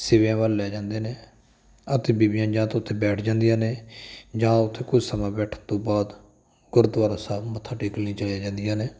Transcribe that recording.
ਸਿਵਿਆਂ ਵੱਲ ਲੈ ਜਾਂਦੇ ਨੇ ਅਤੇ ਬੀਬੀਆਂ ਜਾਂ ਤਾਂ ਉੱਥੇ ਬੈਠ ਜਾਂਦੀਆਂ ਨੇ ਜਾਂ ਉੱਥੇ ਕੁਝ ਸਮਾਂ ਬੈਠਣ ਤੋਂ ਬਾਅਦ ਗੁਰਦੁਆਰਾ ਸਾਹਿਬ ਮੱਥਾ ਟੇਕਣ ਲਈ ਚਲੀਆਂ ਜਾਂਦੀਆਂ ਨੇ